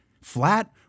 flat